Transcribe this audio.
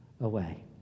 away